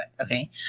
Okay